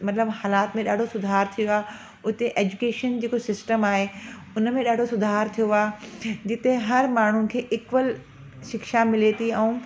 मतिलबु हालाति में ॾाढो सुधारु थी वियो आहे उते एज्यूकेशन जेको सिस्टम आहे उन में ॾाढो सुधारु थियो आहे जिते हरु माण्हुनि खे इक्वल शिक्षा मिले थी ऐं